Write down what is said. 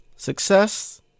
Success